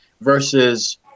versus